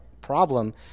problem